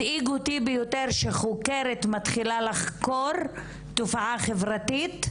מדאיג אותי ביותר שחוקרת מתחילה לחקור תופעה חברתית,